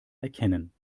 erkennen